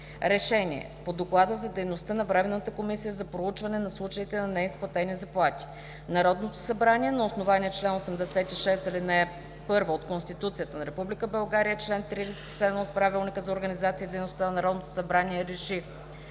РЕШЕНИЕ по Доклада за дейността на Временната комисия за проучване на случаите на неизплатени заплати Народното събрание на основание чл. 86, ал. 1 от Конституцията на Република България и чл. 37 от Правилника за организацията и дейността на Народното събрание РЕШИ: